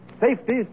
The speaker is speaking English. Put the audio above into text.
Safety